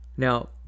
Now